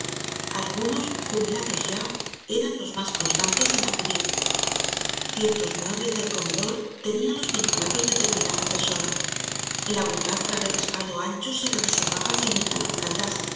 algunos jubilados ya eran los más constantes en acudir ciertos muebles del comedor teníalos vinculados determinada persona la butaca de respaldo ancho se le reservaba